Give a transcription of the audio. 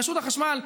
רשות החשמל,